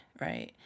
Right